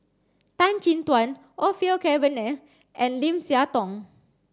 Tan Chin Tuan Orfeur Cavenagh and Lim Siah Tong